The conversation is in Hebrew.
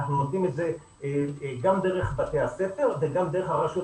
אנחנו נותנים את זה גם דרך בתי הספר וגם דרך הרשויות